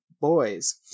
boys